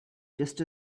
just